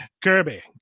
Kirby